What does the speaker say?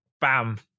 bam